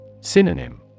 Synonym